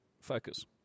Focus